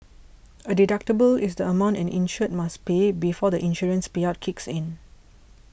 a deductible is the amount an insured must pay before the insurance payout kicks in